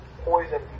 poison